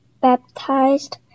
baptized